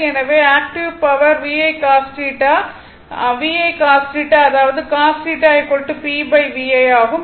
எனவே active power r VI cos θ இது VI cos θ அதாவது cos θ p VI ஆகும்